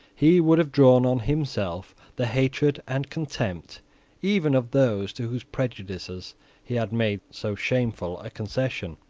he would have drawn on himself the hatred and contempt even of those to whose prejudices he had made so shameful a concession,